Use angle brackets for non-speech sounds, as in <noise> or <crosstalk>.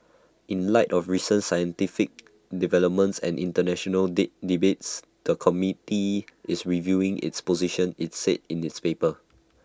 in light of recent scientific developments and International <unintelligible> debates the committee is reviewing its position IT said in its paper